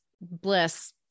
bliss